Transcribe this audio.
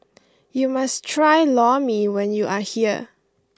you must try Lor Mee when you are here